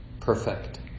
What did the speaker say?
perfect